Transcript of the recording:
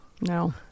no